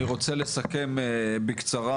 אני רוצה לסכם בקצרה,